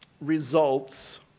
results